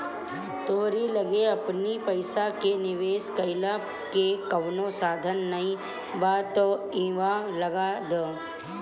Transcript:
तोहरी लगे अपनी पईसा के निवेश कईला के कवनो साधन नाइ बा तअ इहवा लगा दअ